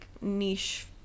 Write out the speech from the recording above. niche